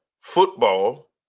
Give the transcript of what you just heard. football